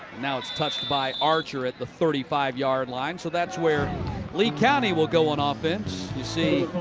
now it's touched by archer at the thirty five yard line. so that's where lee county will go on ah offense. you see